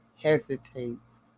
hesitates